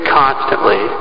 constantly